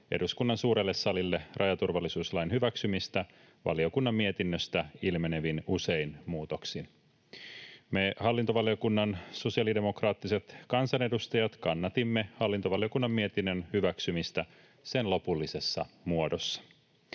eduskunnan suurelle salille rajaturvallisuuslain hyväksymistä valiokunnan mietinnöstä ilmenevin usein muutoksin. Me hallintovaliokunnan sosiaalidemokraattiset kansanedustajat kannatimme hallintovaliokunnan mietinnön hyväksymistä sen lopullisessa muodossa.